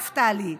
נפתלי,